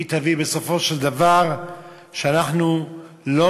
היא תביא בסופו של דבר לכך שאנחנו לא